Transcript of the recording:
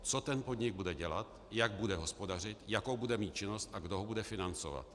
Co ten podnik bude dělat, jak bude hospodařit, jakou bude mít činnost a kdo ho bude financovat?